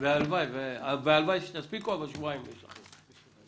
הלוואי שתספיקו, אבל יש לכם שבועיים.